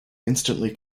instantly